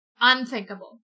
unthinkable